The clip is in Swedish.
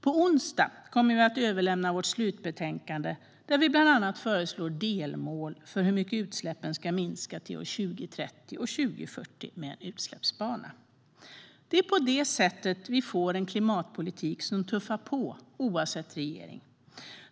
På onsdag kommer vi att överlämna vårt slutbetänkande, där vi bland annat föreslår delmål för hur mycket utsläppen ska minska till år 2030 och 2040 med en utsläppsbana. Det är på det sättet vi får en klimatpolitik som tuffar på, oavsett regering.